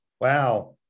Wow